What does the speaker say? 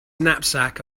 knapsack